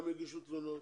גם יגישו תלונות,